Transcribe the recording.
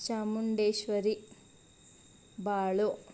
Chamundeshwari Balu